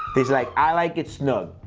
he's like, i like it snug!